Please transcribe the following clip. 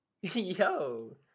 Yo